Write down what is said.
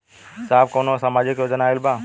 साहब का कौनो सामाजिक योजना आईल बा?